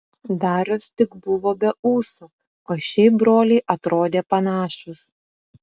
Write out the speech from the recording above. darius tik buvo be ūsų o šiaip broliai atrodė panašūs